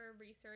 research